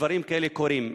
דברים כאלה קורים.